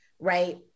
Right